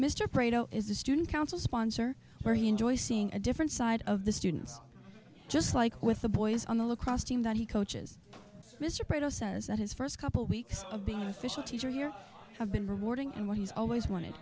the student council sponsor where he enjoys seeing a different side of the students just like with the boys on the lacrosse team that he coaches mr prado says that his first couple weeks of being an official teacher here have been rewarding and what he's always wanted